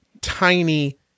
tiny